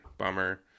bummer